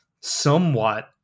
somewhat